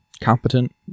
competent